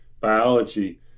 biology